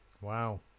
wow